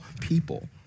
people